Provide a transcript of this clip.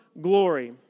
glory